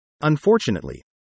Unfortunately